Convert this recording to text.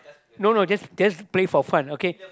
no no just just play for fun okay